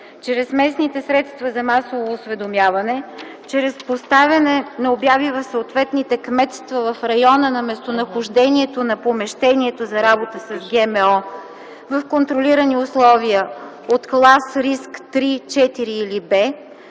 чрез местните средства за масово осведомяване, чрез поставяне на обяви в съответните кметства в района на местонахождението на помещението за работа с ГМО в контролирани условия от клас риск 3, 4 или Б,